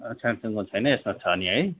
स्यामसङ्गको छैन यसमा चाहिँ छ नि है